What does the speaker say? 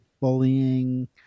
bullying